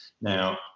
now